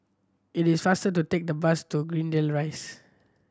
it is faster to take the bus to Greendale Rise